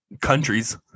countries